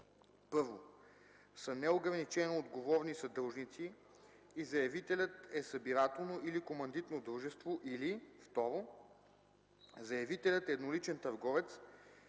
1. са неограничено отговорни съдружници и заявителят е събирателно или командитно дружество, или 2. заявителят е едноличен търговец